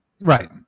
right